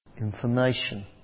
information